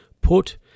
put